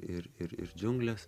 ir ir ir džiunglės